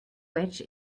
which